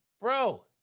bro